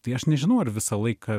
tai aš nežinau ar visą laiką